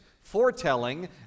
foretelling